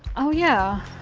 oh yeah.